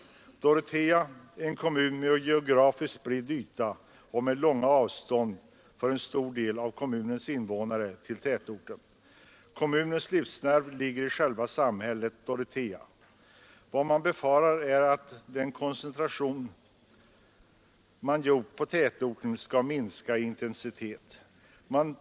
Dorotea är en kommun med geografiskt stor yta och med långa avstånd till tätorten för en stor del av kommunens invånare. Kommunens livsnerv ligger i själva samhället Dorotea. Vad man befarar är att den koncentration man gjort till tätorten skall minska i intensitet.